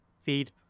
feed